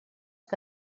que